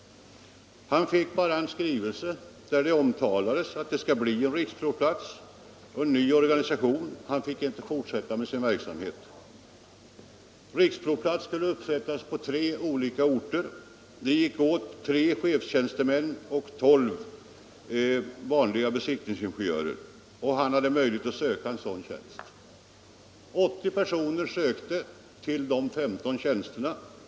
Han fick bara en skrivelse där det omtalades att det skulle bli en riksprovplats och en ny organisation. Han fick inte fortsätta med sin verksamhet. Riksprovplatser skulle upprättas på tre olika orter. Det behövdes tre chefstjänstemän och tolv vanliga besiktningsingenjörer. Han fick möjlighet att söka en sådan tjänst. 80 personer sökte till de 15 tjänsterna.